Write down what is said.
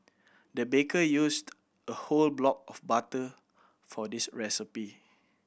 the baker used a whole block of butter for this recipe